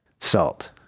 Salt